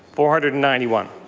four hundred and ninety one.